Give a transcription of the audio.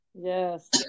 yes